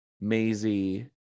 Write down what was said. Maisie